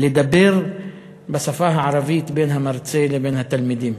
לדבר בשפה הערבית בין המרצה לבין התלמידים.